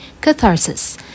Catharsis